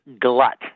glut